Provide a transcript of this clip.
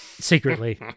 secretly